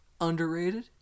underrated